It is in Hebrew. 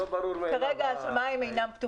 כרגע השמים אינם פתוחים.